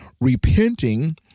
repenting